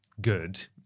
good